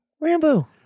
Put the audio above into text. Rambo